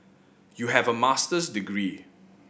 you have a Master's degree